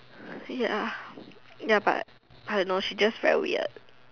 ya ya but I don't know she's just very weird